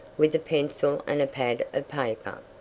with a pencil and a pad of paper.